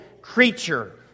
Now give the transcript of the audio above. creature